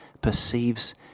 perceives